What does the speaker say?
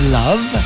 love